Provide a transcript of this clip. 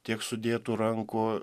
tiek sudėtų rankų